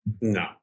No